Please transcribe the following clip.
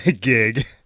gig